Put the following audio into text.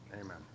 Amen